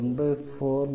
3n34